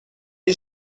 این